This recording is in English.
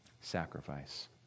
sacrifice